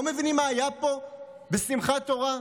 לא מבינים מה היה פה בשמחת תורה?